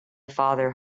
father